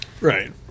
Right